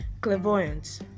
Clairvoyance